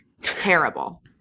terrible